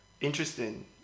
Interesting